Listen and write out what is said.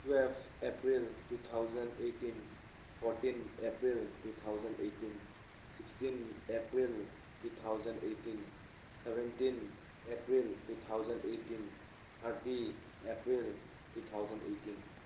twelve April two thousand eighteen fourteen April two thousand eighteen sixteen April two thousand eighteen seventeen April two thousand eighteen thirty April two thousand eighteen